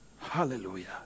Hallelujah